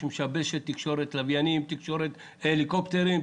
שמשבשת תקשורת לוויינים ותקשורת הליקופטרים?